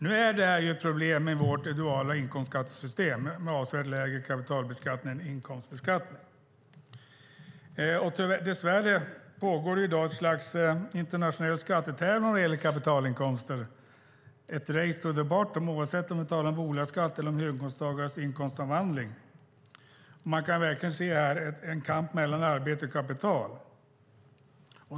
Nu är det ett problem i vårt duala inkomstskattesystem, där det är avsevärt lägre kapitalbeskattning än inkomstbeskattning. Dess värre pågår i dag ett slags internationell skattetävlan när det gäller kapitalinkomster - ett race to the bottom - oavsett om det handlar om bolagsskatt eller om höginkomsttagares inkomstomvandling. Man kan här verkligen se en kamp mellan arbete och kapital.